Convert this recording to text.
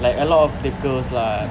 like a lot of the girls lah